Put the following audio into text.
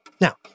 Now